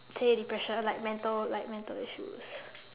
say depression like mental like mental issues